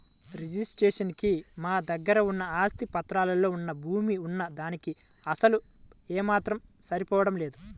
registration కి మా దగ్గర ఉన్న ఆస్తి పత్రాల్లో వున్న భూమి వున్న దానికీ అసలు ఏమాత్రం సరిపోడం లేదు